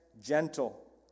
gentle